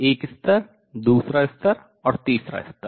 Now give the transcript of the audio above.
एक स्तर दूसरा स्तर और तीसरा स्तर